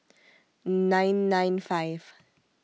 nine nine five